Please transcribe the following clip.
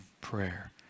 prayer